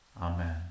Amen